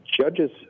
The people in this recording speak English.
Judges